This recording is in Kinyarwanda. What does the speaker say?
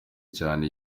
cyane